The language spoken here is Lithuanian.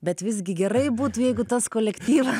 bet visgi gerai būtų jeigu tas kolektyva